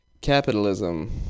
Capitalism